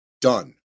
done